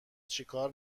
چیکار